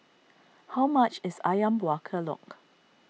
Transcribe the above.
how much is Ayam Buah Keluak